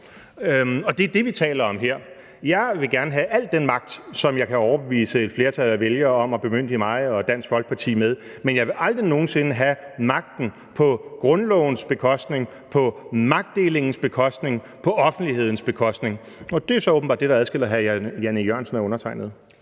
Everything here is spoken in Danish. Det er det, vi taler om her. Jeg vil gerne have al den magt, som jeg kan overbevise et flertal af vælgere om at bemyndige mig og Dansk Folkeparti med, men jeg vil aldrig nogen sinde have magten på grundlovens bekostning, på magtdelingens bekostning, på offentlighedens bekostning, og det er så åbenbart det, der adskiller hr. Jan E. Jørgensen og undertegnede.